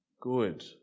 good